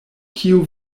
kiu